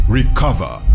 Recover